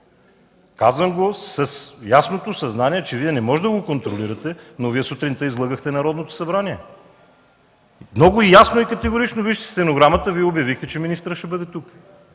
Казвам го с ясното съзнание, че Вие не може да го контролирате, но Вие сутринта излъгахте Народното събрание. Много ясно и категорично, вижте стенограмата, Вие обявихте, че министърът ще бъде тук.